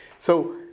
so,